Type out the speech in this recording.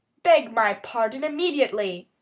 beg my pardon immediately,